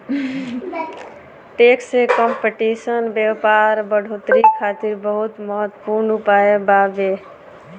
tax competition व्यापार बढ़ोतरी खातिर बहुत महत्वपूर्ण उपाय बावे